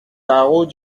carreaux